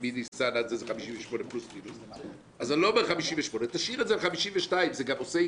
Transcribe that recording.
אני לא אומר 58. תשאיר את זה 52. זה גם הגיוני.